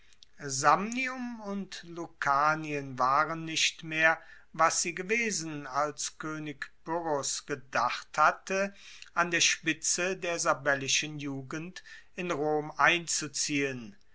samnium und lucanien waren nicht mehr was sie gewesen als koenig pyrrhos gedacht hatte an der spitze der sabellischen jugend in rom einzuziehen